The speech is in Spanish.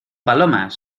palomas